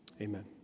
Amen